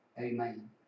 Amen